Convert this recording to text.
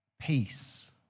peace